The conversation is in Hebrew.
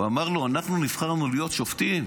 הוא אמר לו: אנחנו נבחרנו להיות שופטים,